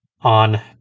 on